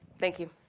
thank you.